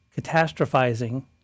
catastrophizing